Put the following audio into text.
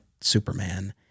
Superman